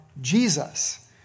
Jesus